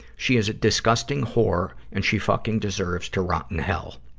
she is a disgusting whore and she fucking deserves to rot in hell.